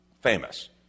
famous